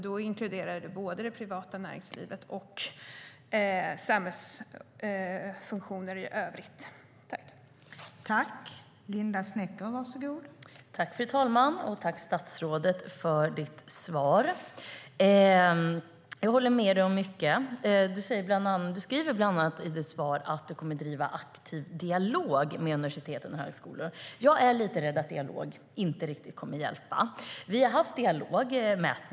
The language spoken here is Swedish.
Då inkluderar vi både det privata näringslivet och samhällsfunktioner i övrigt.